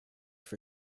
for